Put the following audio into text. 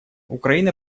украина